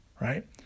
right